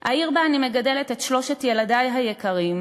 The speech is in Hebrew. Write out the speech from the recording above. העיר שבה אני מגדלת את שלושת ילדי היקרים,